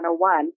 101